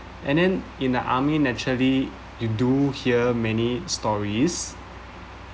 and then in the army naturally you do hear many stories